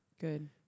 Good